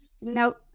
Nope